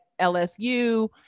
LSU